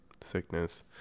sickness